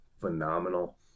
phenomenal